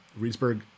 Reedsburg